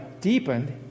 deepened